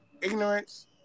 Ignorance